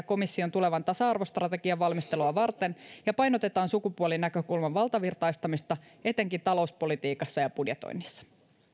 komission tulevan tasa arvostrategian valmistelua varten ja painotetaan sukupuolinäkökulman valtavirtaistamista etenkin talouspolitiikassa ja budjetoinnissa